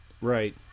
Right